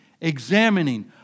examining